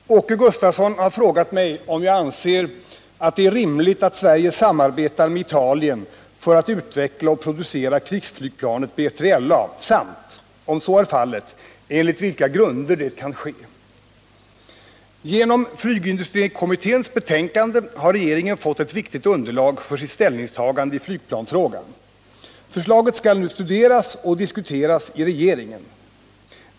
Herr talman! Åke Gustavsson har fråga mig om jag anser att det är rimligt att Sverige samarbetar med Italien för att utveckla och producera krigsflygplanet B3LA samt, om så är fallet, enligt vilka grunder det kan ske. Genom flygindustrikommitténs betänkande har regeringen fått ett viktigt underlag för sitt ställningstagande i flygplansfrågan. Förslaget skall nu studeras och diskuteras i regeringen.